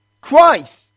Christ